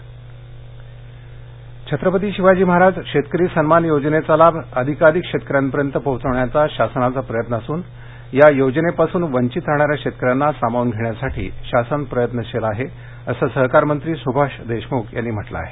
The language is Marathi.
कर्जमाफी योजना छत्रपती शिवाजी महाराज शेतकरी सन्मान योजनेचा लाभ जास्तीत जास्त शेतकऱ्यांपर्यंत पोचवण्याचा शासनाचा प्रयत्न असून या योजनेपासून वंचित राहाणाऱ्या शेतकऱ्यांना सामावून घेण्यासाठी शासन प्रयत्नशील आहे असं सहकार मंत्री सभाष देशमुख यांनी म्हटलं आहे